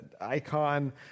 icon